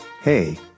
hey